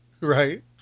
Right